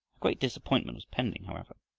a great disappointment was pending, however,